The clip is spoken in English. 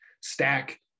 stack